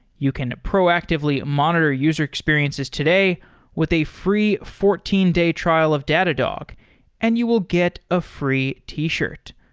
you can proactively monitor user experiences today with a free fourteen day trial of datadog and you will get a free t-shirt.